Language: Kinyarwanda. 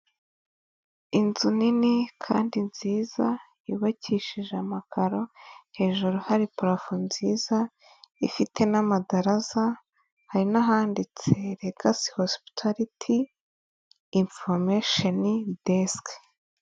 Inzu nini kandi nziza yubakishije amakaro hejuru hari purafo nziza ifite n'amadaraza, hari n'ahanditse regasi hosipitariti imforumesheni desike.